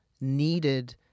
needed